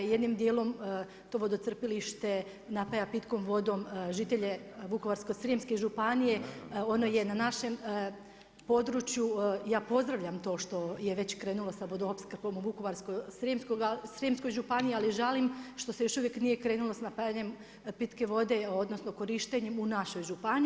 Jednim dijelom to vodocrpilište napaja pitkom vodom žitelje Vukovarsko-srijemske županije, ono je na našem području, ja pozdravljam to što je već krenulo sa vodoopskrbom u Vukovarsko-srijemskoj županiji ali žalim što se još uvijek nije krenulo sa napajanjem pitke vode, odnosno korištenjem u našoj županiji.